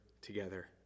together